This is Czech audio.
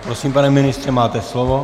Prosím, pane ministře, máte slovo.